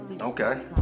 Okay